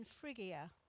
Phrygia